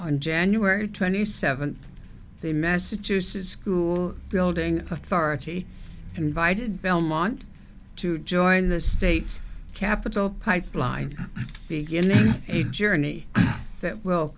on january twenty seventh the massachusetts school building authority invited belmont to join the state's capital pipeline beginning a journey that will